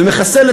ומחסל,